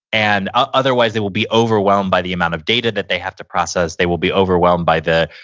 and ah otherwise, they will be overwhelmed by the amount of data that they have to process. they will be overwhelmed by the,